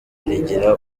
rigira